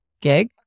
gig